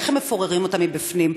איך מפוררים אותה מבפנים?